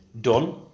done